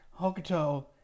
Hokuto